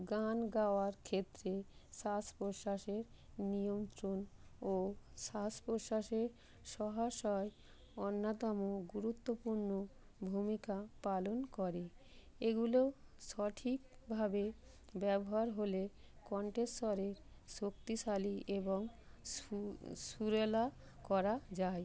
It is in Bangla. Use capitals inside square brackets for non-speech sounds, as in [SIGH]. গান গাওয়ার ক্ষেত্রে শ্বাস প্রশ্বাসের নিয়ন্ত্রণ ও শ্বাস প্রশ্বাসের [UNINTELLIGIBLE] অন্যতম গুরুত্বপূর্ণ ভূমিকা পালন করে এগুলো সঠিকভাবে ব্যবহার হলে কণ্ঠের স্বরের শক্তিশালী এবং সুরেলা করা যায়